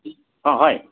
অঁ হয়